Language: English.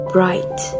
Bright